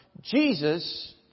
Jesus